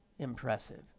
impressive